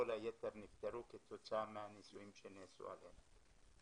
כל היתר נפטרו כתוצאה מהניסויים שנעשו עליהם.